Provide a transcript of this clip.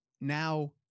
now